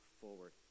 forward